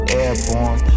airborne